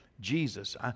Jesus